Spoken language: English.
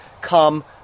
come